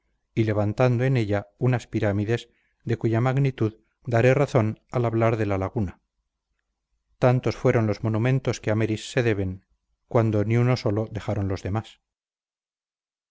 y levantando en ella unas pirámides de cuya magnitud daré razón al hablar de la laguna tantos fueron los monumentos que a meris se deben cuando ni uno solo dejaron los demás